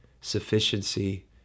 sufficiency